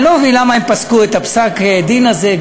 אני לא מבין למה הם פסקו את פסק-הדין הזה,